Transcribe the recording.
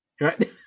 Right